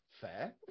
fair